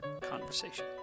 conversation